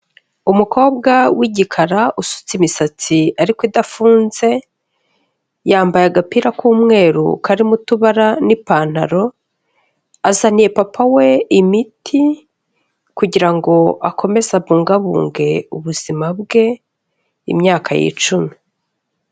Umukobwa w'igikara usutse imisatsi ariko idafunze, yambaye agapira k'umweru karimo utubara n'ipantaro, azaniye papa we imiti kugira ngo akomeze abungabunge ubuzima bwe imyaka yicume.